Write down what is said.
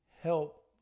help